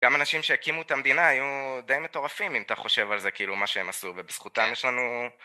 גם אנשים שהקימו את המדינה היו די מטורפים אם אתה חושב על זה כאילו מה שהם עשו ובזכותם יש לנו